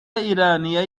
ایرانیا